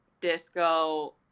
disco